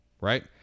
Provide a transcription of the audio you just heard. right